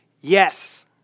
Yes